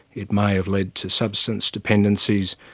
it may have led to substance dependencies,